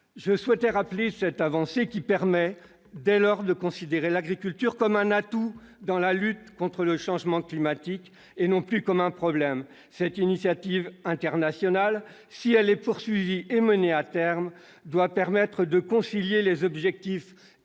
Je souhaitais rappeler cette avancée, qui permet de considérer l'agriculture comme un atout dans la lutte contre le changement climatique et non plus comme un problème. Cette initiative internationale, si elle est poursuivie et menée à son terme, doit permettre de concilier les objectifs